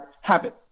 Habit